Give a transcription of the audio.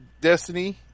Destiny